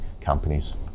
companies